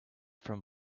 from